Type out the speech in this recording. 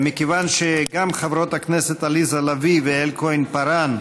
מכיוון שגם חברות הכנסת עליזה לביא ויעל כהן-פארן